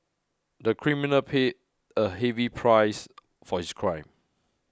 the criminal paid a heavy price for his crime